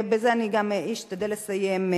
ובזה אני גם אשתדל לסיים,